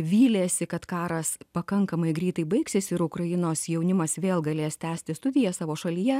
vylėsi kad karas pakankamai greitai baigsis ir ukrainos jaunimas vėl galės tęsti studijas savo šalyje